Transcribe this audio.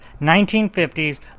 1950s